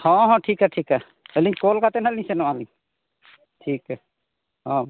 ᱦᱮᱸ ᱦᱮᱸ ᱴᱷᱤᱠᱼᱟ ᱴᱷᱤᱠᱼᱟ ᱟᱹᱞᱤᱧ ᱠᱚᱞ ᱠᱟᱛᱮᱫ ᱦᱟᱸᱜ ᱞᱤᱧ ᱥᱮᱱᱚᱜᱼᱟ ᱞᱤᱧ ᱴᱷᱤᱠᱼᱟ ᱦᱮᱸ